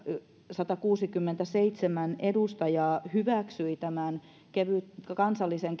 satakuusikymmentäseitsemän edustajaa hyväksyi tämän kansallisen